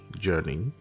journey